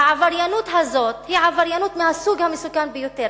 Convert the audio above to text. והעבריינות הזאת היא עבריינות מהסוג המסוכן ביותר,